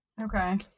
Okay